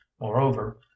Moreover